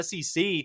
SEC